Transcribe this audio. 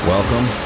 Welcome